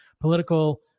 political